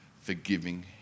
Forgiving